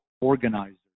organizers